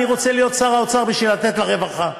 אני רוצה להיות שר האוצר בשביל לתת לרווחה.